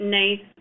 nice